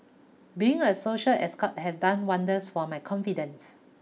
being a social escort has done wonders for my confidence